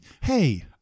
hey